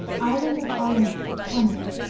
island of orleans canada